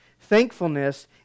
Thankfulness